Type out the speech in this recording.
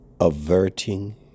averting